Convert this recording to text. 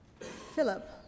Philip